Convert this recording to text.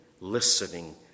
listening